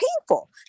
painful